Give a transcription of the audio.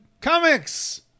comics